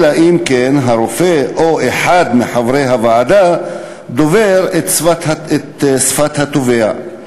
אלא אם כן הרופא או אחד מחברי הוועדה דובר את שפת התובע.